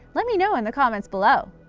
let me know in the comments below!